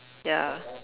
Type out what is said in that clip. ya